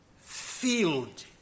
filled